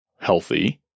healthy